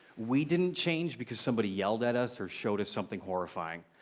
we didn't change because somebody yelled at us or showed us something horrifying.